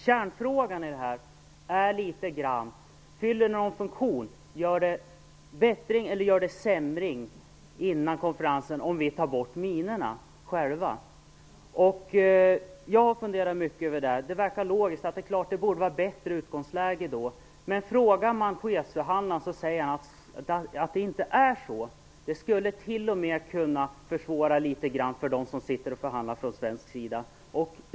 Kärnfrågan är om ett förbud i Sverige fyller någon funktion, om det gör det bättre eller sämre om vi tar bort minorna själva före konferensen. Jag har funderat mycket över det. Det är logiskt att det borde vara ett bättre utgångsläge om vi tog bort minorna själva. Men frågar man chefsförhandlaren säger han att det inte är så. Det skulle t.o.m. kunna försvåra litet för dem som förhandlar från svensk sida.